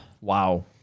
Wow